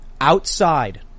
outside